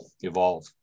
evolve